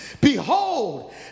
Behold